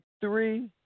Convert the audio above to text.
three